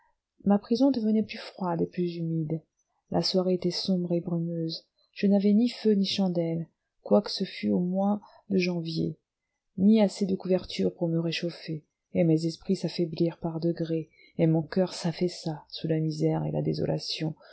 ma prison devenait plus froide et plus humide la soirée était sombre et brumeuse je n'avais ni feu ni chandelle quoique ce fût au mois de janvier ni assez de couvertures pour me réchauffer et mes esprits s'affaiblirent par degrés et mon coeur s'affaissa sous la misère et la désolation